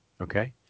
Okay